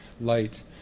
light